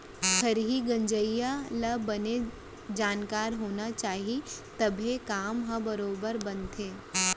खरही गंजइया ल बने जानकार होना चाही तभे काम ह बरोबर बनथे